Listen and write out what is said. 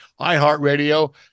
iHeartRadio